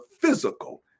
physical